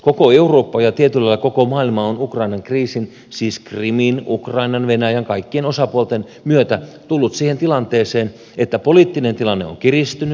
koko eurooppa ja tietyllä lailla koko maailma on ukrainan kriisin siis krimin ukrainan venäjän kaikkien osapuolten myötä tullut siihen tilanteeseen että poliittinen tilanne on kiristynyt